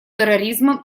терроризмом